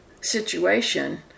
situation